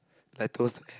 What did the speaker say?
like tours